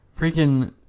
Freaking